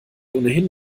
ohnehin